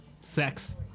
Sex